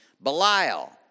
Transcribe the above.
Belial